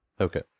Okay